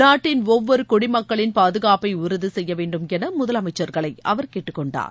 நாட்டின் ஒவ்வொருகுடிமக்களின் பாதுகாப்பைஉறுதிசெய்யவேண்டும் எனமுதலமைச்சர்களைஅவர் கேட்டுக்கொண்டார்